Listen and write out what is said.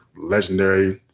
legendary